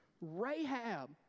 Rahab